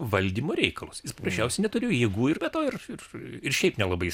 valdymo reikalus jis paprasčiausiai neturėjo jėgų ir be to ir ir ir šiaip nelabai jis